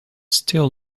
still